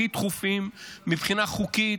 הכי דחופים מבחינה חוקית,